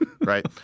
Right